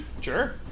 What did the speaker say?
Sure